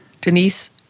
Denise